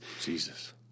Jesus